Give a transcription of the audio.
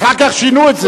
אחר כך שינו את זה.